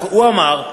הוא אמר: